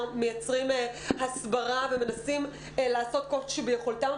מייצרים הסברה ומנסים לעשות כל שביכולתם,